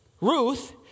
Ruth